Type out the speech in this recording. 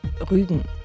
Rügen